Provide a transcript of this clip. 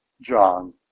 John